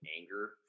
anger